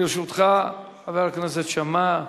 לרשותך, חבר הכנסת שאמה,